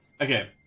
Okay